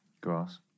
Grass